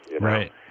right